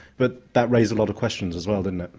but that raised a lot of questions as well didn't